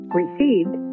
received